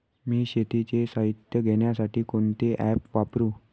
मी शेतीचे साहित्य घेण्यासाठी कोणते ॲप वापरु?